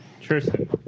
Tristan